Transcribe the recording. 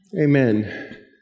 Amen